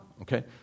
okay